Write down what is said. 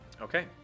Okay